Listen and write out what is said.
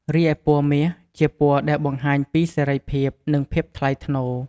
រីឯពណ៌មាស ជាពណ៌ដែលបង្ហាញពីសេរីភាព និងភាពថ្លៃថ្នូរ។